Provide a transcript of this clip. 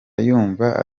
yumva